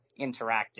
interactive